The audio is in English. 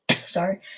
sorry